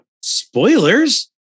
Spoilers